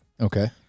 Okay